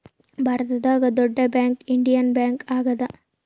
ಭಾರತದಾಗ ದೊಡ್ಡ bank Indian bank ಆಗ್ಯಾದ